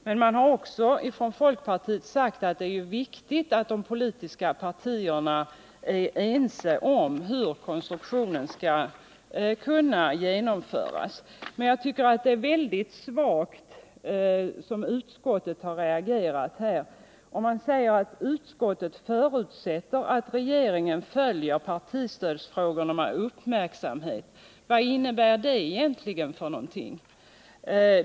Folkpartiet har också sagt att det är viktigt att de politiska partierna är ense om hur den konstruktionen skall genomföras. Jag tycker att det är svagt av utskottet att reagera som det gör. Man säger att utskottet förutsätter att regeringen följer partistödsfrågorna med uppmärksamhet. Vad innebär det egentligen för någonting?